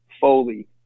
Foley